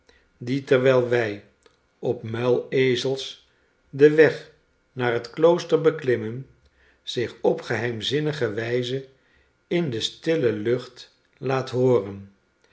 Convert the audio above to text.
die terwijl wij op muilezels den weg naar het klooster beklimmen zich op geheimzinnige wijze in de stille lucht laat hooren